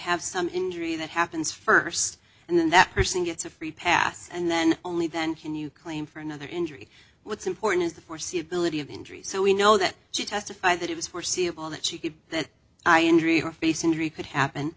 have some injury that happens first and then that person gets a free pass and then only then can you claim for another injury what's important is the foreseeability of injuries so we know that she testified that it was foreseeable that she could that i injury her face injury could happen